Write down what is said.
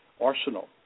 arsenal